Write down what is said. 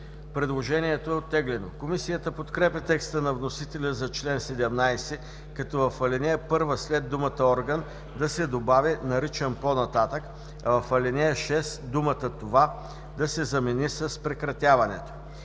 Предложението е оттеглено. Комисията подкрепя текста на вносителя за чл. 17, като в ал. 1 след думата „орган“ да се добави „наричан по-нататък“, а в ал. 6 думата „това“ да се замени с „прекратяването“.